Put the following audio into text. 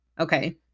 Okay